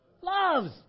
loves